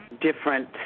different